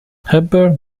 hepburn